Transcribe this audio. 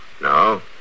No